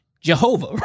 Jehovah